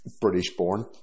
British-born